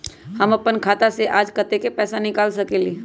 हम अपन खाता से आज कतेक पैसा निकाल सकेली?